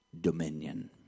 dominion